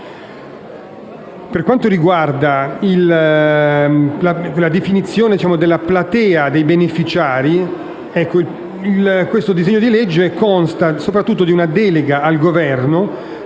Per quanto riguarda la definizione della platea dei beneficiari, questo disegno di legge consta soprattutto di una delega al Governo